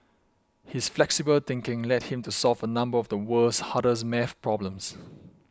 his flexible thinking led him to solve a number of the world's hardest math problems